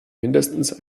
mindestens